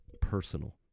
personal